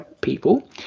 people